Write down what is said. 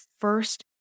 first